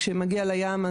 כאשר הוא מגיע לים,